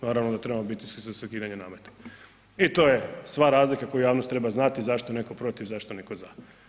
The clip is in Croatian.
Naravno da trebamo biti svi za ukidanje nameta i to je stvar razlike koju javnost treba znati zašto je neko protiv, zašto je neko za.